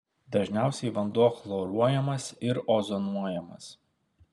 dažniausiai vanduo chloruojamas ir ozonuojamas